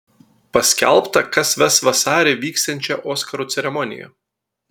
paskelbta kas ves vasarį vyksiančią oskarų ceremoniją